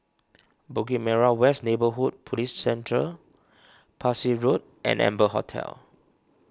Bukit Merah West Neighbourhood Police Centre Parsi Road and Amber Hotel